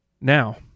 Now